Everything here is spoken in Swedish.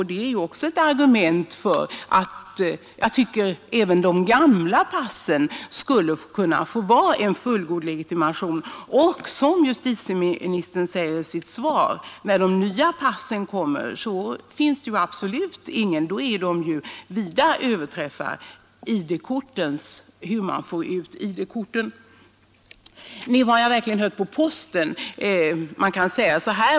Detta är ett argument för att även de gamla passen skulle kunna utgöra en fullgod legitimation. I sitt svar säger ju justieministern att de nya passen vida överträffar ID-korten som skydd mot förfalskning.